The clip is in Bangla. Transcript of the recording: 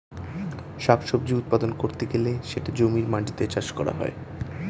শাক সবজি উৎপাদন করতে গেলে সেটা জমির মাটিতে চাষ করা হয়